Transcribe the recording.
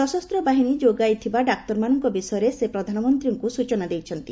ସଶସ୍ତ ବାହିନୀ ଯୋଗାଇଥିବା ଡାକ୍ତରମାନଙ୍କ ବିଷୟରେ ସେ ପ୍ରଧାନମନ୍ତ୍ରୀଙ୍କୁ ସୂଚନା ଦେଇଛନ୍ତି